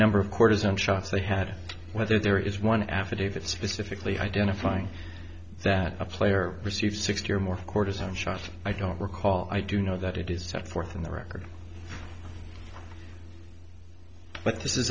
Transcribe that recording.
number of cortisone shots they had whether there is one affidavit specifically identifying that a player received sixty or more cortisone shots i don't recall i do know that it is set forth in the record but this is